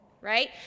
right